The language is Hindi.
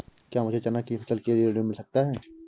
क्या मुझे चना की फसल के लिए ऋण मिल सकता है?